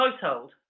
household